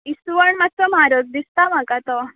इसवण मातसो म्हारग दिसता म्हाका तो